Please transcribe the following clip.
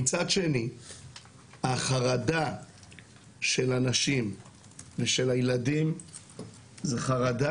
מצד שני החרדה של הנשים ושל הילדים זה חרדה